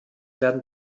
werden